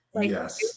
Yes